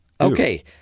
Okay